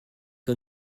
que